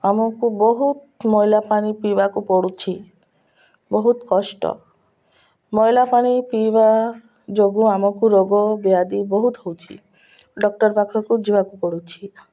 ଆମକୁ ବହୁତ ମଇଲାପାନି ପିଇବାକୁ ପଡ଼ୁଛି ବହୁତ କଷ୍ଟ ମଇଲାପାନି ପିଇବା ଯୋଗୁଁ ଆମକୁ ରୋଗ ବ୍ୟାଆଦି ବହୁତ ହଉଛି ଡ଼କ୍ଟର୍ ପାଖକୁ ଯିବାକୁ ପଡ଼ୁଛି